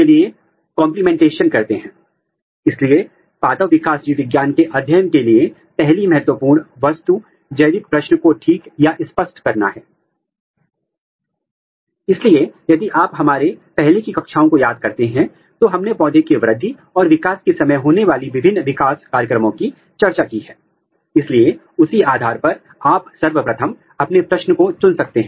आप किस ऊतक या किस अंग का अध्ययन करना चाहते हैं इस आधार पर आप सैंपल को इकट्ठा कर सकते हैं आप अपनी रूचि के अनुसार जड़ों को ले सकते हैं तना पुष्प क्रम फूलों को ले सकते हैं